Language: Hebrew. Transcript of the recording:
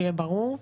שיהיה ברור.